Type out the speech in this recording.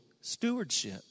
stewardship